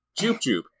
Joop-joop